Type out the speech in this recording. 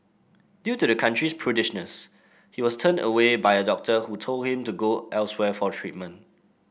due to the country's prudishness he was turned away by a doctor who told him to go elsewhere for treatment